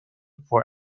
for